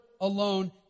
alone